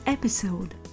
Episode